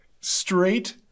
Straight